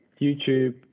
youtube